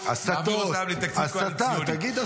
נעביר אותם לתקציב קואליציוני.